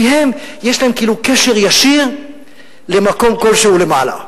כי הם, יש להם כאילו קשר ישיר למקום כלשהו למעלה.